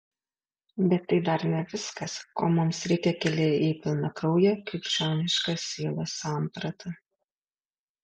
bet tai dar ne viskas ko mums reikia kelyje į pilnakrauję krikščionišką sielos sampratą